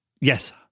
Yes